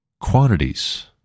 quantities